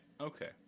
Okay